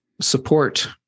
support